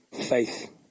faith